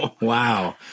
Wow